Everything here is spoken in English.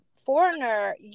foreigner